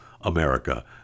America